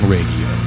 Radio